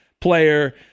player